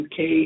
UK